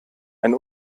ein